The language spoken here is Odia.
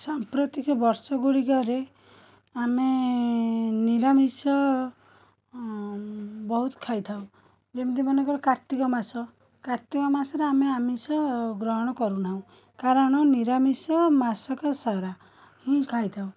ସାମ୍ପ୍ରତିକ ବର୍ଷଗୁଡ଼ିକରେ ଆମେ ନିରାମିଷ ବହୁତ ଖାଇଥାଉ ଯେମିତି ମନେକର କାର୍ତ୍ତିକ ମାସ କାର୍ତ୍ତିକ ମାସରେ ଆମେ ଆମିଷ ଗ୍ରହଣ କରୁନାହୁଁ କାରଣ ନିରାମିଷ ମାସକ ସାରା ହିଁ ଖାଇଥାଉ